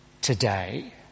today